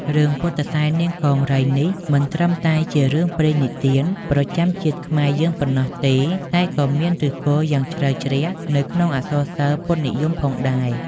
រឿង ពុទ្ធិសែននាងកង្រីនេះ មិនត្រឹមតែជារឿងព្រេងនិទានប្រចាំជាតិខ្មែរយើងប៉ុណ្ណោះទេ តែក៏មានឫសគល់យ៉ាងជ្រៅជ្រះនៅក្នុងអក្សរសិល្ប៍ពុទ្ធនិយមផងដែរ។